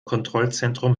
kontrollzentrum